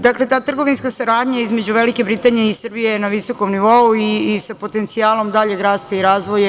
Dakle, ta trgovinska saradnja između Velike Britanije i Srbije je na visokom nivou i sa potencijalom daljeg rasta i razvoja.